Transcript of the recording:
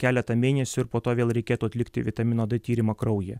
keletą mėnesių ir po to vėl reikėtų atlikti vitamino d tyrimą kraujyje